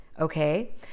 okay